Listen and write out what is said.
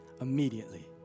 Immediately